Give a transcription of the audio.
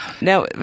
Now